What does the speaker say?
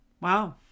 Wow